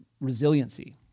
resiliency